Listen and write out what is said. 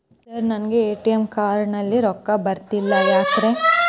Sir ನನಗೆ ATM card ನಲ್ಲಿ ರೊಕ್ಕ ಬರತಿಲ್ಲ ಯಾಕ್ರೇ?